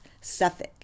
Suffolk